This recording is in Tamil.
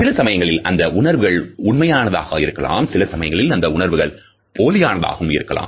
சில சமயங்களில் அந்த உணர்வுகள் உண்மையானதாக இருக்கலாம் சில சமயங்களில் அந்த உணர்வுகள் போலியானதாகவும் இருக்கலாம்